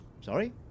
Sorry